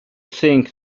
think